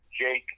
Jake